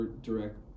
direct